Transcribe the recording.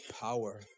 power